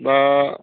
बा